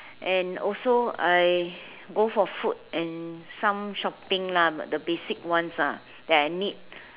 and also I go for food and some shopping lah the basic ones lah that I need